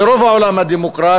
ברוב העולם הדמוקרטי,